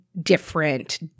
different